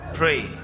pray